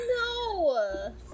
No